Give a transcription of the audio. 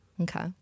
Okay